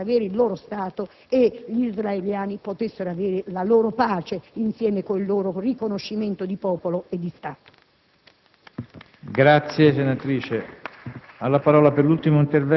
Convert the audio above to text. che stabilisse come intervenire perché i palestinesi potessero avere il loro Stato e gli israeliani potessero avere la loro pace insieme con il loro riconoscimento di popolo e di Stato.